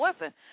Listen